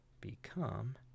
become